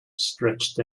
stretched